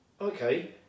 okay